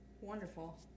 Wonderful